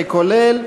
כולל,